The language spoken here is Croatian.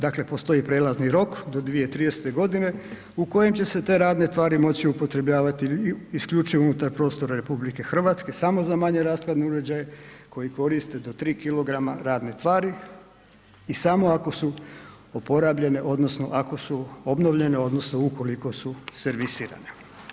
Dakle postoji prelazni rok do 2030. godine u kojem će se te radne tvari moći upotrebljavati isključivo unutar prostora RH samo za manje rashladne uređaje koji koriste do 3 kg radne tvari i samo ako su oporabljene odnosno ako su obnovljene odnosno ukoliko su servisirane.